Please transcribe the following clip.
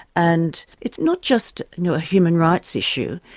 and it's not just you know a human rights issue,